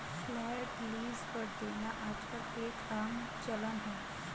flat lease पर देना आजकल एक आम चलन है